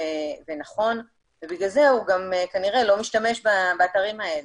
ונכון ובגלל זה הוא גם כנראה לא משתמש באתרים האלה.